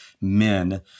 men